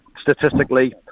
statistically